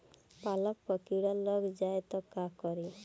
पालक पर कीड़ा लग जाए त का करी?